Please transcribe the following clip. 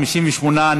58,